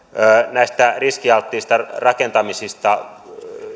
riskialttiista rakentamisesta